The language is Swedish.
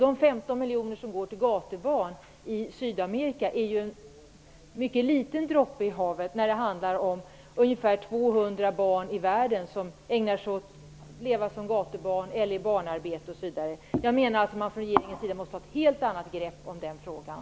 De 15 miljoner kronor som går till gatubarnen i Sydamerika är en mycket liten droppe i havet. Det handlar ju om ungefär 200 miljoner barn i hela världen som är gatubarn eller som finns i barnarbete osv. Regeringen måste ha ett helt annat grepp i frågan.